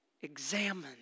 Examine